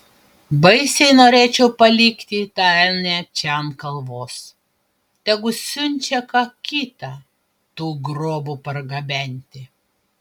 baisiai norėčiau palikti tą elnią čia ant kalvos tegu siunčia ką kitą tų grobų pargabenti